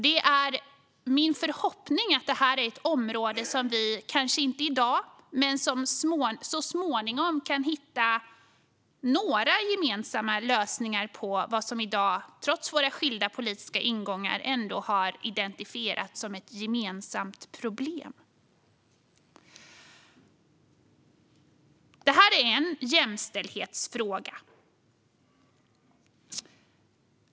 Det är min förhoppning att detta är ett område där vi så småningom kan hitta några gemensamma lösningar på vad som vi i dag, trots våra skilda politiska ingångar, ändå har identifierat som ett gemensamt problem. Detta är en jämställdhetsfråga.